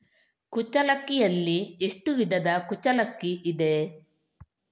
ಕುಚ್ಚಲಕ್ಕಿಯಲ್ಲಿ ಎಷ್ಟು ವಿಧದ ಕುಚ್ಚಲಕ್ಕಿ ಇದೆ?